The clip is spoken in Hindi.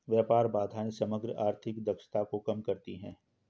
व्यापार बाधाएं समग्र आर्थिक दक्षता को कम करती हैं